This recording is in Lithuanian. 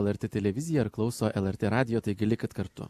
lrt televiziją ir klauso lrt radijo taigi likit kartu